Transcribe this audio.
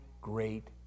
great